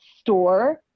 store